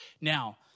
Now